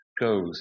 goes